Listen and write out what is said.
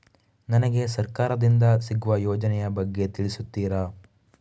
ನನಗೆ ಸರ್ಕಾರ ದಿಂದ ಸಿಗುವ ಯೋಜನೆ ಯ ಬಗ್ಗೆ ತಿಳಿಸುತ್ತೀರಾ?